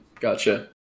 gotcha